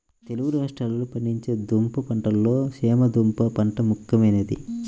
తెలుగు రాష్ట్రాలలో పండించే దుంప పంటలలో చేమ దుంప పంట ముఖ్యమైనది